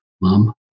mom